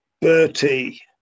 Bertie